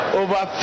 over